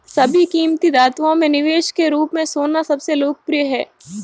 सभी कीमती धातुओं में निवेश के रूप में सोना सबसे लोकप्रिय है